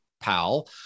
pal